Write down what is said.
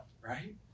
right